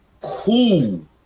cool